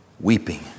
weeping